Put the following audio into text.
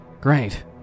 Great